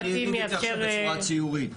אני אגיד את זה עכשיו בצורה ציורית.